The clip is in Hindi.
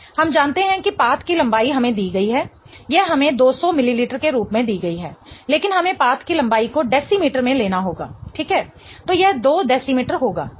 हम जानते हैं कि पाथ की लंबाई हमें दी गई है यह हमें 200 मिलीमीटर के रूप में दी गई है लेकिन हमें पाथ की लंबाई को डेसीमीटर में लेना होगा ठीक है तो यह 2 डेसीमीटर होगा सही